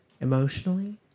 Emotionally